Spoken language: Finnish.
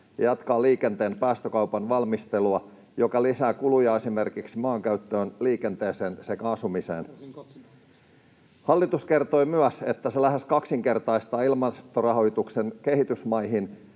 ja jatkaa liikenteen päästökaupan valmistelua, joka lisää kuluja esimerkiksi maankäyttöön, liikenteeseen sekä asumiseen. [Jani Mäkelä: Varsin kaksinaamaista!] Hallitus kertoi myös, että se lähes kaksinkertaistaa ilmastorahoituksen kehitysmaihin,